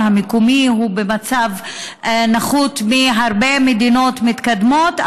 המקומי הוא במצב נחות מבהרבה מדינות מתקדמות,